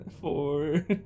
Four